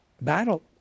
battle